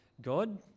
God